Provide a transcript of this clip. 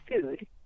food